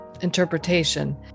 interpretation